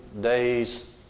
days